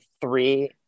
three